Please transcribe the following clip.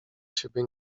siebie